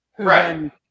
Right